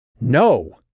No